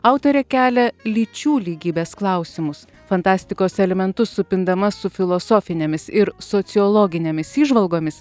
autorė kelia lyčių lygybės klausimus fantastikos elementus supindama su filosofinėmis ir sociologinėmis įžvalgomis